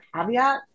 caveat